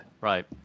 Right